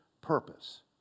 purpose